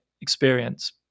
experience